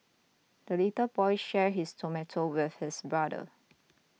the little boy shared his tomato with his brother